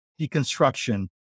deconstruction